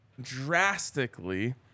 drastically